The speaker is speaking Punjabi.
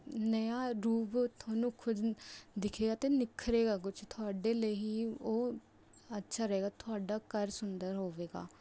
ਨਯਾਂ ਰੂਪ ਤੁਹਾਨੂੰ ਖੁਦ ਦਿਖੇਗਾ ਅਤੇ ਨਿਖਰੇਗਾ ਕੁਛ ਤੁਹਾਡੇ ਲਈ ਹੀ ਉਹ ਅੱਛਾ ਰਹੇਗਾ ਤੁਹਾਡਾ ਘਰ ਸੁੰਦਰ ਹੋਵੇਗਾ